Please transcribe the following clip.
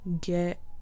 get